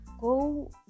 go